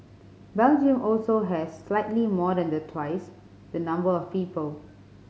Belgium also has slightly more than the twice the number of people